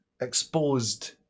exposed